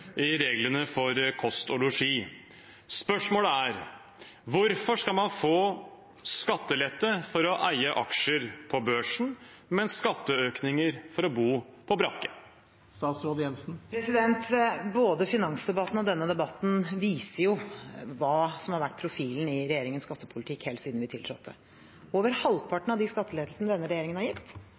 i reglene for kost og losji. Spørsmålet er: Hvorfor skal man få skattelette for å eie aksjer på børsen, men skatteøkninger for å bo på brakke? Både finansdebatten og denne debatten viser hva som har vært profilen i regjeringens skattepolitikk helt siden vi tiltrådte. Over halvparten av de skattelettelsene denne regjeringen har gitt,